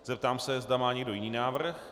Zeptám se, zda má někdo jiný návrh?